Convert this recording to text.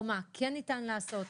או מה כן ניתן לעשות,